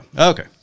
Okay